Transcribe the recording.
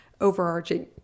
overarching